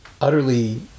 utterly